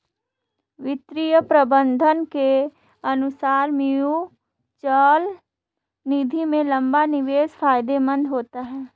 वित्तीय प्रबंधक के अनुसार म्यूचअल निधि में लंबा निवेश फायदेमंद होता है